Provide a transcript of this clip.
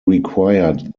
required